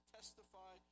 Testify